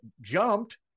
jumped